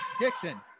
Dixon